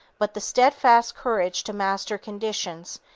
but the steadfast courage to master conditions,